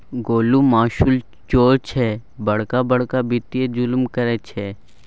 गोलु मासुल चोर छै बड़का बड़का वित्तीय जुलुम करय छै